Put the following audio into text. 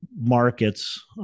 markets